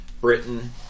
Britain